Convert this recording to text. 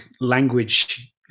language